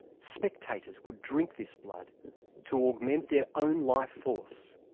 spectators would drink this blood to augment their own life-force.